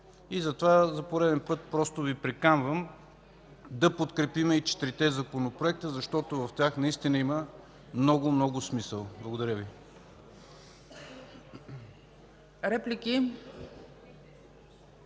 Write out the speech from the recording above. Затова за пореден път Ви приканвам да подкрепим и четирите законопроекта, защото в тях наистина има много, много смисъл. Благодаря Ви.